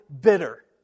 bitter